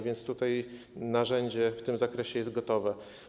Więc tutaj narzędzie w tym zakresie jest gotowe.